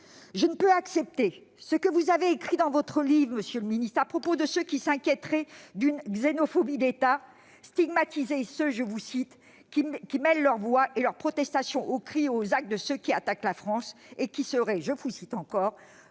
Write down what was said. Je ne peux accepter ce que vous avez écrit dans votre livre à propos de ceux qui s'inquiéteraient d'une « xénophobie d'État », stigmatisant ceux « qui mêlent leurs voix et leurs protestations aux cris et aux actes de ceux qui attaquent la France » et qui seraient- je vous cite encore